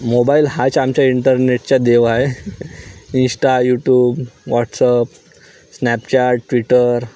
mobile हाच आमच्या इंटरनेटचा देव आहे Insta YouTube WhatsApp Snapchat Twitter